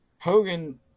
Hogan